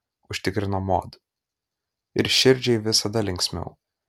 užtikrino mod ir širdžiai visada linksmiau